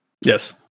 Yes